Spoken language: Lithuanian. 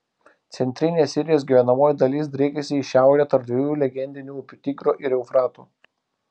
centrinė asirijos gyvenamoji dalis driekėsi į šiaurę tarp dviejų legendinių upių tigro ir eufrato